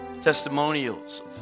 testimonials